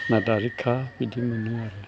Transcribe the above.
ना दारिखा बिदि मोनो आरो